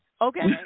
Okay